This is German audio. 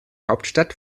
hauptstadt